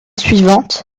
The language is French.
suivante